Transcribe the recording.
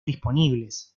disponibles